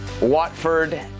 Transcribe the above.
Watford